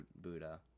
Buddha